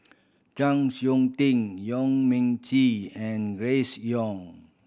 Chng Seok Tin Yong Men Chee and Grace Young